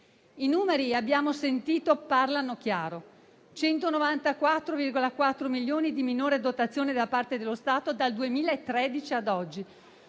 Come abbiamo sentito, i numeri parlano chiaro: 194,4 milioni di minore dotazione da parte dello Stato dal 2013 ad oggi,